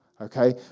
Okay